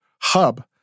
hub